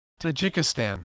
Tajikistan